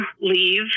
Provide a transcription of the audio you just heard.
leave